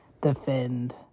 defend